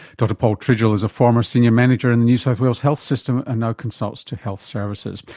dr paul tridgell is a former senior manager in the new south wales health system and now consults to health services.